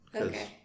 okay